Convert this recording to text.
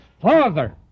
father